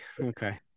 Okay